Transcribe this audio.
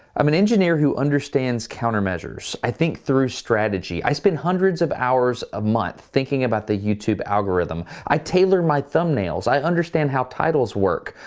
i'm an engineer who understands countermeasures. i think through strategy. i spend hundreds of hours a month thinking about the youtube algorithm. i tailor my thumbnails, i understand how titles work.